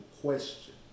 question